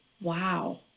wow